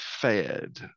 fed